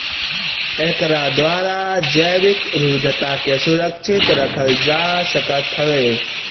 एकरा द्वारा जैविक विविधता के सुरक्षित रखल जा सकत हवे